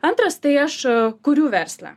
antras tai aš kuriu verslą